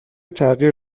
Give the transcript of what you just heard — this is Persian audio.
تغییر